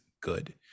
good